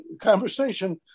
conversation